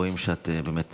רואים שאת באמת